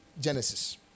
Genesis